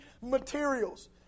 materials